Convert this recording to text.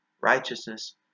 righteousness